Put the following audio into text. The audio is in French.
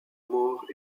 mort